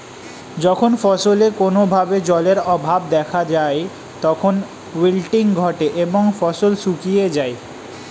যখন ফসলে কোনো ভাবে জলের অভাব দেখা যায় তখন উইল্টিং ঘটে এবং ফসল শুকিয়ে যায়